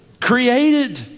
Created